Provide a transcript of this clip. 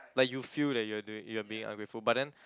like you feel that you are doing you are being ungrateful but then